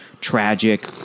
tragic